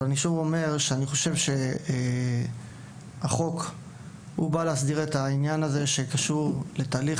אבל אני שוב אומר: אני חושב שהחוק בא להסדיר את כל מה שקשור בתהליך